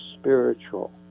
spiritual